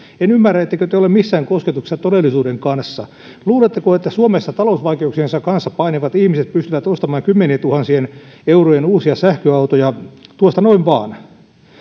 en ymmärrä ettekö te ole missään kosketuksessa todellisuuden kanssa luuletteko että suomessa talousvaikeuksiensa kanssa painivat ihmiset pystyvät ostamaan uusia kymmenien tuhansien eurojen sähköautoja tuosta noin vaan